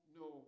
no